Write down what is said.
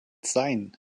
sein